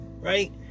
right